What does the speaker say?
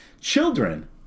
Children